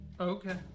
Okay